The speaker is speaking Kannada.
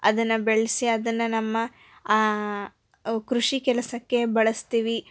ಅದನ್ನು ಬೆಳೆಸಿ ಅದನ್ನು ನಮ್ಮ ಕೃಷಿ ಕೆಲಸಕ್ಕೆ ಬಳಸ್ತೀವಿ